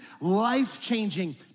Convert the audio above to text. life-changing